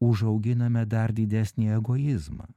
užauginame dar didesnį egoizmą